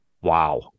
wow